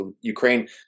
Ukraine